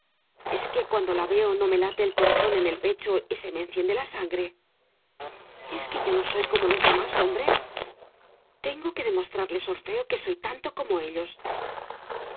es que cuando la veo no me late el corazón en el pecho y se me enciende la sangre es que yo no soy como los demás hombres tengo que demostrarles orfeo que soy tanto como ellos